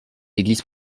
églises